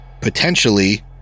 Potentially